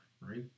right